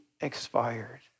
expired